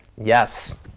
yes